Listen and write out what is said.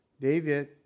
David